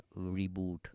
reboot